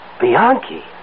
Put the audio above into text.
Bianchi